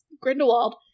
Grindelwald